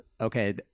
okay